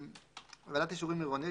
ועדת אישורים עירונית.